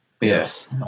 Yes